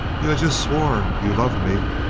you ha' just swore you loved me.